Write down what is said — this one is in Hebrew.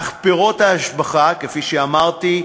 אך פירות ההשבחה, כפי שאמרתי,